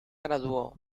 graduó